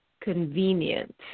convenient